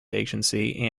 agency